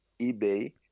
eBay